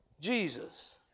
Jesus